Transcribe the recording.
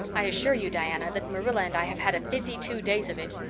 i assure you, diana, that marilla and i have had a busy two days of it.